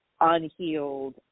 unhealed